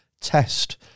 Test